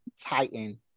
Titan